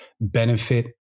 benefit